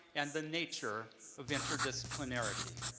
and the nature of interdisciplinarity.